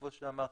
כמו שאמרתי,